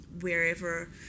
wherever